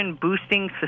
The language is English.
boosting